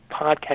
podcast